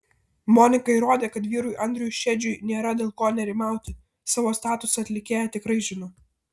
monika įrodė kad vyrui andriui šedžiui nėra dėl ko nerimauti savo statusą atlikėja tikrai žino